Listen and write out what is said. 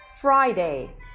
Friday